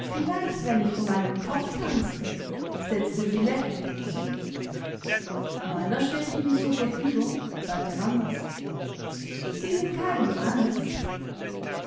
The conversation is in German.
vielleicht wenn ich um einen kopf tanzte setzte sie lächelnd hinzu meiner steht ihnen zur verfügung sagte randers sie sind kein johannis